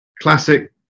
classic